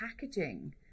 packaging